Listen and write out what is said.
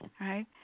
Right